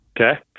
Okay